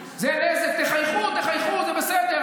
תחייכו, תחייכו, זה בסדר.